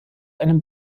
einem